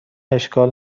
اشکال